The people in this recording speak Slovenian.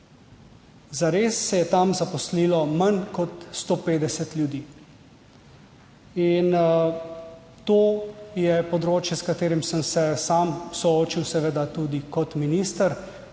Zares se je tam zaposlilo manj kot 150 ljudi. In to je področje, s katerim sem se sam soočil seveda tudi kot minister.